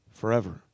Forever